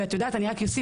אני רק אוסיף